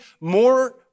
more